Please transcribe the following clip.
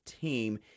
team